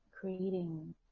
creating